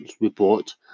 report